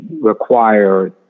require